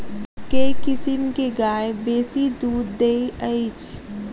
केँ किसिम केँ गाय बेसी दुध दइ अछि?